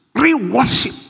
Re-worship